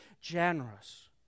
generous